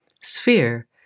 sphere